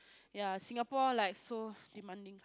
ya Singapore like so demanding